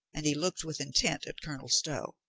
and he looked with intent at colonel stow.